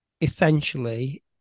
essentially